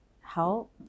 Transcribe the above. help